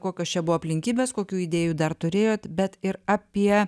kokios čia buvo aplinkybės kokių idėjų dar turėjot bet ir apie